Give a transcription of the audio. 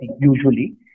usually